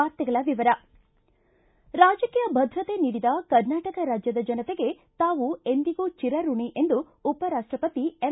ವಾರ್ತೆಗಳ ವಿವರ ರಾಜಕೀಯ ಭದ್ರತೆ ನೀಡಿದ ಕರ್ನಾಟಕ ರಾಜ್ಯದ ಜನತೆಗೆ ತಾವೂ ಎಂದಿಗೂ ಚಿರ ಋಣೆ ಎಂದು ಉಪ ರಾಷ್ಷಪತಿ ಎಂ